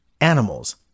animals